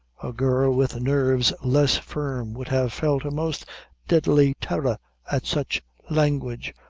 a girl with nerves less firm would have felt a most deadly terror at such language,